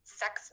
sex